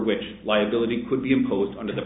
which liability could be imposed under the